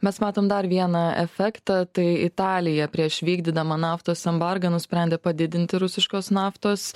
mes matom dar vieną efektą tai italija prieš vykdydama naftos embargą nusprendė padidinti rusiškos naftos